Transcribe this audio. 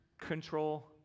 control